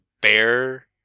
bear